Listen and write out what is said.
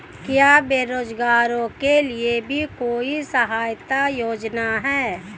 क्या बेरोजगारों के लिए भी कोई सहायता योजना है?